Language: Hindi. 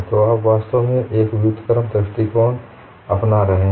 तो आप वास्तव में एक व्युत्क्रम दृष्टिकोण अपना रहे हैं